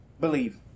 believe